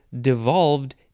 devolved